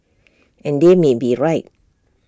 and they may be right